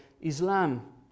Islam